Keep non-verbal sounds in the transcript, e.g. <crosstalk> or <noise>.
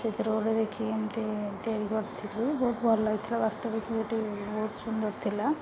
ସେଥିରେ ଗୋଟେ ଦେଖି ଏମିତି ତିଆରି କରିଥିଲି ବହୁତ ଭଲ ଲାଗିଥିଲା ବାସ୍ତବିକ <unintelligible> ବହୁତ ସୁନ୍ଦର ଥିଲା